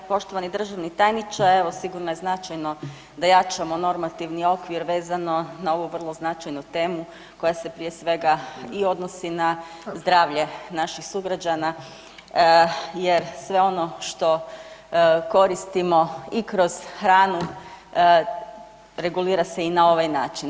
Poštovani državni tajniče, evo sigurno je značajno da jačamo normativni okvir vezano na ovu vrlo značajnu temu koja se prije svega i odnosi na zdravlje naših sugrađana jer sve ono što koristimo i kroz hranu, regulira se i ovaj način.